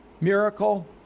miracle